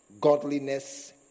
Godliness